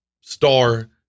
star